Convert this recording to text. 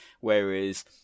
Whereas